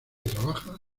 trabaja